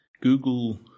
Google